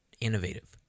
innovative